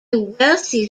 wealthy